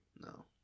No